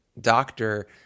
doctor